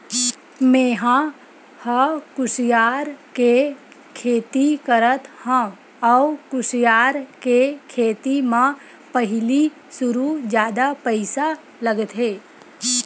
मेंहा ह कुसियार के खेती करत हँव अउ कुसियार के खेती म पहिली सुरु जादा पइसा लगथे